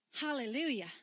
Hallelujah